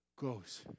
goes